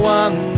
one